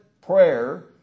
prayer